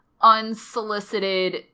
unsolicited